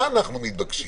אנחנו מתבקשים